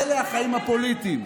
אלה החיים הפוליטיים.